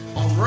on